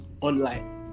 online